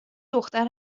دختر